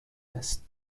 است